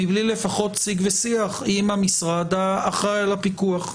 מבלי לפחות שיג ושיח עם המשרד האחראי על הפיקוח?